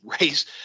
race